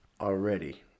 already